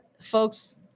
Folks